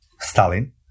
Stalin